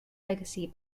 legacy